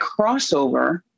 crossover